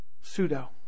Pseudo